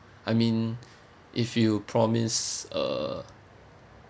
I mean if you promise a